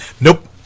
Nope